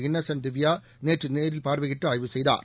இன்னகென்ட் திவ்யா நேற்று பார்வையிட்டு ஆய்வு செய்தார்